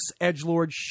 edgelord